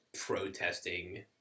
protesting